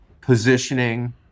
positioning